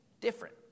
different